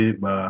ba